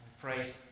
pray